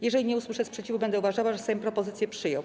Jeżeli nie usłyszę sprzeciwu, będę uważała, że Sejm propozycję przyjął.